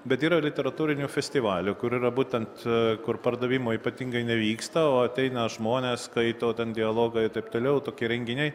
bet yra literatūrinių festivalių kur yra būtent kur pardavimai ypatingai nevyksta o ateina žmonės skaito ten dialogą ir taip toliau tokie renginiai